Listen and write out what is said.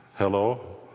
Hello